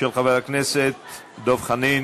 של חבר הכנסת דב חנין.